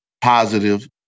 positive